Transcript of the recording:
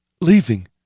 Leaving